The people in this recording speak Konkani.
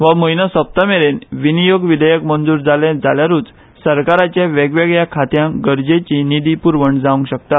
हो म्हयनो सोपतामेरेन विनीयोग विधेयक मंज़्र जाले जाल्यारुच सरकाराचे वेगवेगळ्या खात्यांत गरजेची निधी प्रवण जावंक शकता